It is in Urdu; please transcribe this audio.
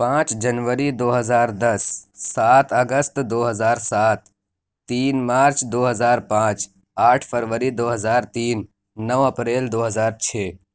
پانچ جنوری دو ہزار دس سات اگست دو ہزار سات تین مارچ دوہزار پانچ آٹھ فروری دو ہزار تین نو اپریل دو ہزار چھ